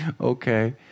Okay